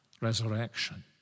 resurrection